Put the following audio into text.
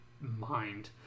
mind